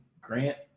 Grant